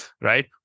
right